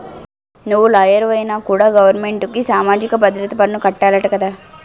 నువ్వు లాయరువైనా కూడా గవరమెంటుకి సామాజిక భద్రత పన్ను కట్టాలట కదా